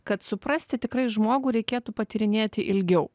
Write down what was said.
kad suprasti tikrai žmogų reikėtų patyrinėti ilgiau